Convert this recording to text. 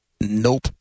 nope